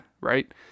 right